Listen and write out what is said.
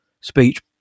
speech